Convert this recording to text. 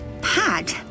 pad